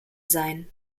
sein